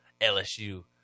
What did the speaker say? LSU